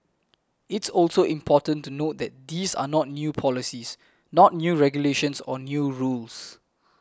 it's also important to note that these are not new policies not new regulations or new rules